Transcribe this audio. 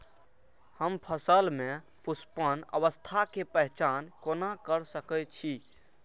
हम फसल में पुष्पन अवस्था के पहचान कोना कर सके छी?